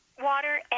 water